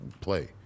play